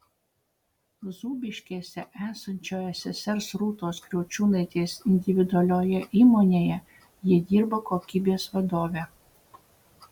zūbiškėse esančioje sesers rūtos kriaučiūnaitės individualioje įmonėje ji dirba kokybės vadove